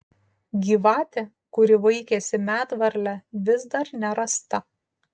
gyvatė kuri vaikėsi medvarlę vis dar nerasta